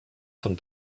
von